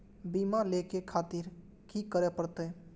बीमा लेके खातिर की करें परतें?